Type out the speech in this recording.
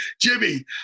Jimmy